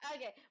Okay